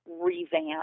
revamp